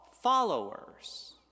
followers